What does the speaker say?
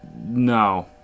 No